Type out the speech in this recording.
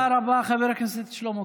תודה רבה, חבר הכנסת שלמה קרעי.